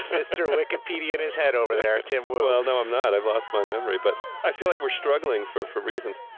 mister wikipedia in his head over there, tim wu. well, no, i'm not, i've lost my memory, but i feel like we're struggling for for reasons.